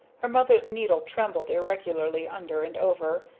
her mother's needle trembled irregularly under and over,